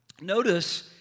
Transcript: Notice